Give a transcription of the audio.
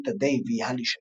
אניטה דייב ויהלי אשוש,